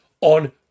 on